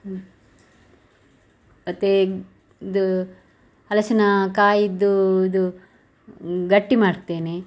ಹ್ಞೂ ಮತ್ತು ಇದು ಹಲಸಿನ ಕಾಯಿದ್ದು ಇದು ಗಟ್ಟಿ ಮಾಡ್ತೇನೆ